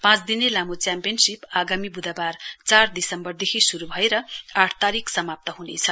पाँच दिने लामो च्याम्पियनशीप आगामी बुधबार चार दिसम्बरदेखि शुरू भएर आठ तारीक समाप्त हुनेछ